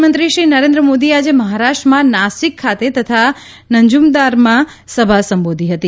પ્રધાનમંત્રીશ્રી નરેન્દ્ર મોદીએ આજે મહારાષ્ટ્રમાં નાસિક ખાતે તથા નંજુદરબારમાં સભા સંબોધી હતી